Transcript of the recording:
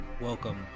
welcome